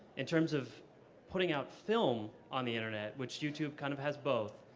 in terms of putting out film on the internet, which youtube kind of has both,